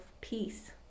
peace